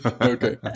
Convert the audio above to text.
okay